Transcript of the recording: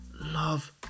Love